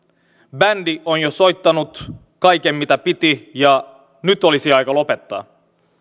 bändi on jo soittanut kaiken mitä piti ja nyt olisi aika lopettaa